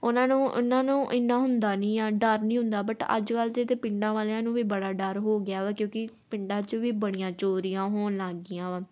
ਉਹਨਾਂ ਨੂੰ ਉਹਨਾਂ ਨੂੰ ਇੰਨਾ ਹੁੰਦਾ ਨਹੀਂ ਆ ਡਰ ਨਹੀਂ ਹੁੰਦਾ ਬਟ ਅੱਜ ਕੱਲ੍ਹ ਦੇ ਤਾਂ ਪਿੰਡਾਂ ਵਾਲਿਆਂ ਨੂੰ ਵੀ ਬੜਾ ਡਰ ਹੋ ਗਿਆ ਵਾ ਕਿਉਂਕਿ ਪਿੰਡਾਂ 'ਚ ਵੀ ਬੜੀਆਂ ਚੋਰੀਆਂ ਹੋਣ ਲੱਗ ਗਈਆਂ ਵਾ